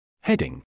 Heading